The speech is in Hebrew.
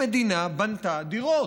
המדינה בנתה דירות.